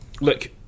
look